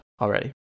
already